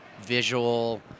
visual